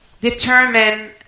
determine